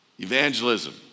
Evangelism